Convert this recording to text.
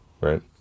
Right